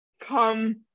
come